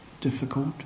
difficult